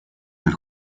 del